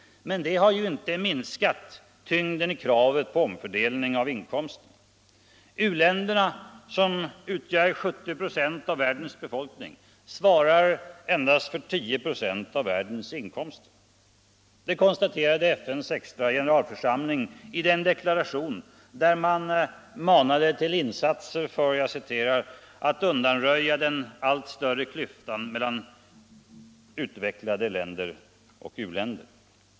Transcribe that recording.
Men det har ju inte minskat tyngden i kravet på omfördelning av inkomsten. U-länderna, som utgör 70 96 av världens befolkning, svarar endast för 10 96 av världens inkomst. Det konstaterade FN:s extra generalförsamling i den deklaration där man manade till insatser för att ”undanröja den allt större klyftan mellan utvecklade länder och u-länder”.